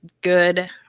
good